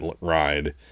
ride